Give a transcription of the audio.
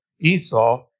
Esau